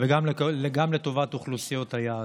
וגם לטובת אוכלוסיות היעד.